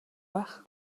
байх